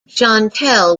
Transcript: chantal